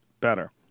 better